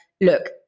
look